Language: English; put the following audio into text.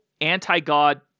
anti-God